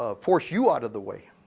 ah force you out of the way.